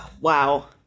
Wow